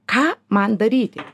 ką man daryti